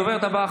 הדוברת הבאה,